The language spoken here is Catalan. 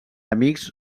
amics